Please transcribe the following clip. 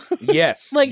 Yes